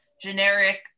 generic